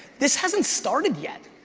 this hasn't started yet.